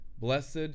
Blessed